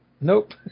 nope